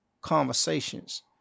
conversations